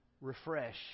refresh